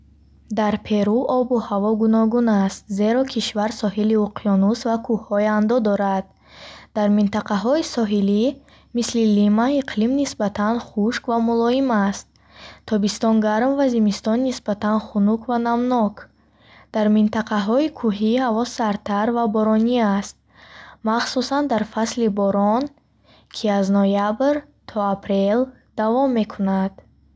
Дар Перу обу ҳаво гуногун аст, зеро кишвар соҳили уқёнус ва кӯҳҳои Андо дорад. Дар минтақаҳои соҳилӣ, мисли Лима, иқлим нисбатан хушк ва мулоим аст, тобистон гарм ва зимистон нисбатан хунук ва намнок. Дар минтақаҳои кӯҳӣ ҳаво сардтар ва боронӣ аст, махсусан дар фасли борон, ки аз ноябр то апрел давом мекунад.